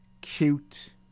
cute